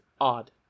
odd